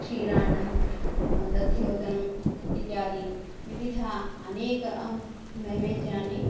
क्षीरान्नं दध्योदनम् इत्यादि विविध अनेक नैवेद्यानि